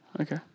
Okay